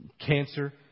cancer